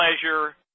pleasure